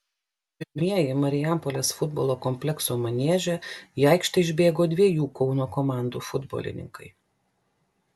pirmieji marijampolės futbolo komplekso manieže į aikštę išbėgo dviejų kauno komandų futbolininkai